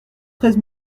treize